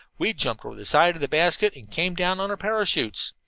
we jumped over the side of the basket and came down on our parachutes.